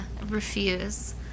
refuse